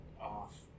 off